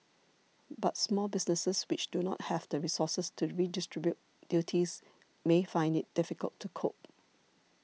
but small businesses which do not have the resources to redistribute duties may find it difficult to cope